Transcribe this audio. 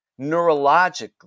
neurologically